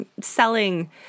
selling